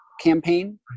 campaign